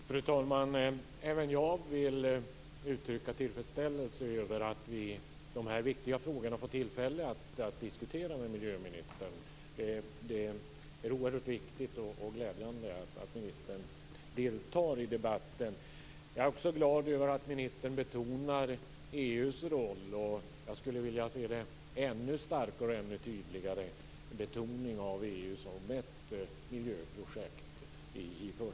Fru talman! Även jag vill uttrycka tillfredsställelse över att vi i de här viktiga frågorna får tillfälle att diskutera med miljöministern. Det är oerhört viktigt och glädjande att ministern deltar i debatten. Jag är också glad över att ministern betonar EU:s roll. Jag skulle i första hand vilja se en ännu starkare och tydligare betoning av EU som ett miljöprojekt.